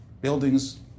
buildings